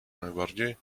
najbardziej